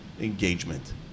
Engagement